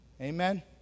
Amen